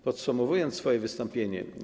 Podsumowuję swoje wystąpienie.